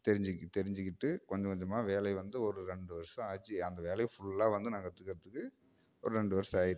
தெரிஞ்சிக் தெரிஞ்சிக்கிட்டு கொஞ்சம் கொஞ்சமாக வேலை வந்து ஒரு ரெண்டு வருஷம் ஆச்சு அந்த வேலையை ஃபுல்லாக வந்து நான் கத்துக்கிறத்துக்கு ஒரு ரெண்டு வருஷம் ஆயிடுச்சு